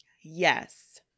Yes